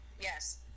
Yes